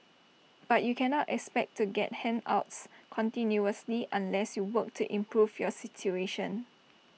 but you cannot expect to get handouts continuously unless you work to improve your situation